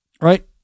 right